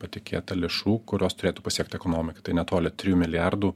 patikėta lėšų kurios turėtų pasiekt ekonomiką tai netoli trijų milijardų